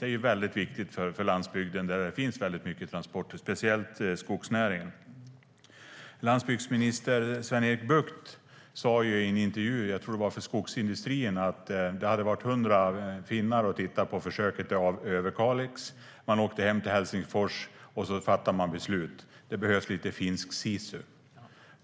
Det är en viktig fråga för landsbygden där det sker mycket transporter, speciellt inom skogsnäringen. Landsbygdsminister Sven-Erik Bucht sa i en intervju för Skogsindustrierna att 100 finnar hade tittat på försöket i Överkalix. De åkte hem till Helsingfors och fattade beslut. Det behövs lite finsk sisu.